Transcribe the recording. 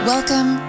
Welcome